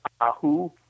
Ahu